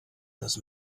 das